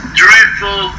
dreadful